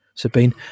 Sabine